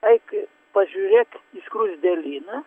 eik pažiūrėk į skruzdėlyną